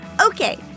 Okay